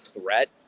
threat